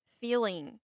feeling